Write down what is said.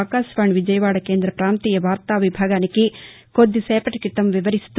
ఆకాశవాణి విజయవాడ కేంద్ర ప్రాంతీయ వార్తా విభాగానికి కొద్దిసేపటి క్రితం వివరిస్తూ